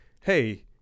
hey